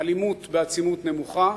אלימות בעצימות נמוכה